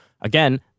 again